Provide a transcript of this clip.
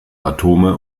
atome